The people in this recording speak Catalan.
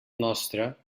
nostra